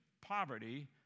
poverty